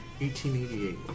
1888